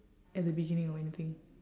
at the beginning or anything